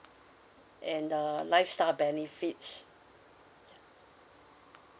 and uh lifestyle benefits yeah